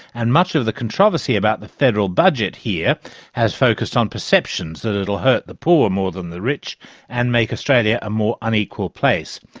and much of the controversy about the federal budget here has focussed on perceptions that it'll hurt the poor more than the rich and make australia a more unequal place.